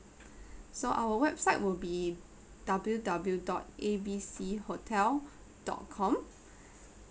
so our website will be W W dot A B C hotel dot com